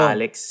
Alex